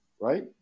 right